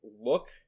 look